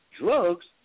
drugs